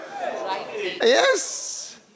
Yes